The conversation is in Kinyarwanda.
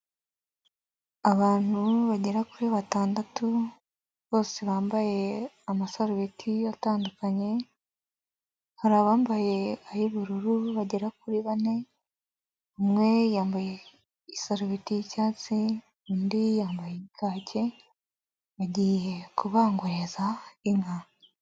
Abantu bagera kuri batandatu bose bambaye amasarubeti atandukanye, hari abambaye ay'ubururu bagera kuri bane, umwe yambaye isarubeti y'icyatsi, undi yambaye kake bagiye kubangiriza inka.